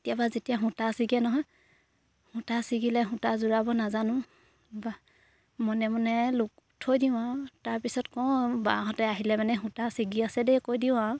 কেতিয়াবা যেতিয়া সূতা ছিগে নহয় সূতা ছিগিলে সূতা যোৰাব নাজানো বা মনে মনে লোক থৈ দিওঁ আৰু তাৰপিছত কওঁ বাহঁতে আহিলে মানে সূতা ছিগি আছে দেই কৈ দিওঁ আৰু